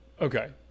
Okay